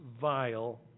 vile